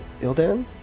Ildan